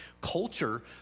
culture